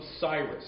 Cyrus